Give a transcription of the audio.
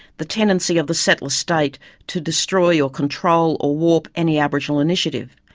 the tendency of the settler state to destroy or control or warp any aboriginal initiative.